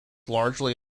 largely